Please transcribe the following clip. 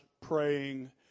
praying